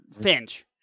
Finch